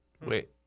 Wait